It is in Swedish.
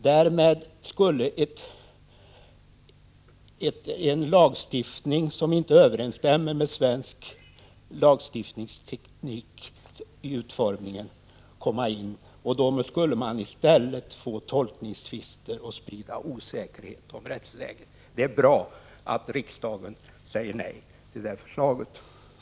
Därmed skulle en lagstiftning som i utformningen inte överensstämde med svensk lagstiftningsteknik införas, och då skulle mani stället få tolkningstvister och sprida osäkerhet om rättsläget. Det är bra att riksdagen säger nej till det förslaget.